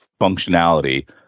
functionality